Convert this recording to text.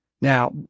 Now